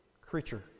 creature